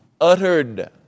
uttered